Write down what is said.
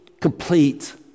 complete